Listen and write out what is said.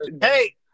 hey